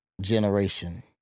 generation